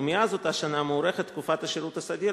ומאז אותה שנה מוארכת תקופת השירות הסדיר